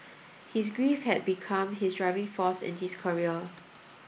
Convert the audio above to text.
his grief had become his driving force in his career